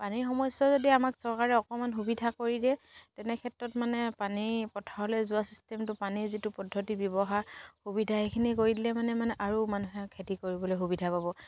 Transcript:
পানীৰ সমস্যা যদি আমাক চৰকাৰে অকণমান সুবিধা কৰি দিয়ে তেনে ক্ষেত্ৰত মানে পানী পথাৰলৈ যোৱা চিষ্টেমটো পানীৰ যিটো পদ্ধতি ব্যৱহাৰ সুবিধা সেইখিনি কৰি দিলে মানে মানে আৰু মানুহে খেতি কৰিবলৈ সুবিধা পাব